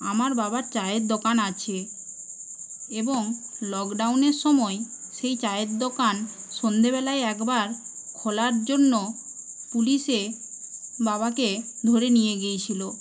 আমার বাবার চায়ের দোকান আছে এবং লকডাউনের সময় সেই চায়ের দোকান সন্ধ্যেবেলায় একবার খোলার জন্য পুলিশ বাবাকে ধরে নিয়ে গিয়েছিল